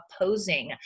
opposing